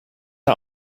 der